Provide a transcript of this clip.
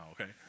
okay